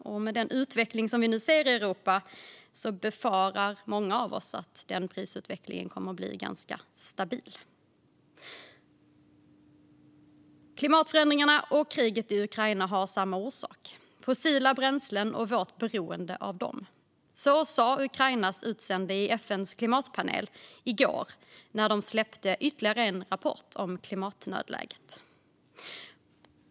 Och med den utveckling vi nu ser i Europa befarar många av oss att den prisutvecklingen kommer att vara ganska stabil. Klimatförändringarna och kriget i Ukraina har samma orsak: fossila bränslen och vårt beroende av dem. Det sa Ukrainas utsände i FN:s klimatpanel i går när de släppte ytterligare en rapport om klimatnödläget.